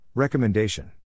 Recommendation